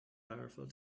powerful